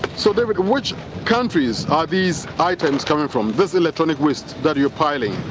so david, which countries are these items coming from, this electronic waste that you're piling?